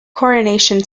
coronation